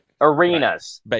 Arenas